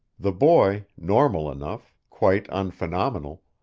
the boy, normal enough, quite unphenomenal,